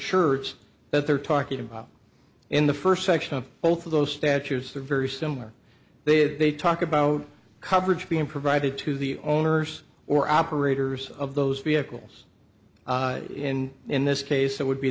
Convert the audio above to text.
shirts that they're talking about in the first section and both of those statutes are very similar they did they talk about coverage being provided to the owners or operators of those vehicles in in this case that would be